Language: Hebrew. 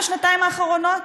בשנתיים האחרונות?